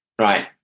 right